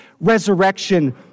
resurrection